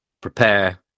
prepare